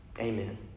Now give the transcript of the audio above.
Amen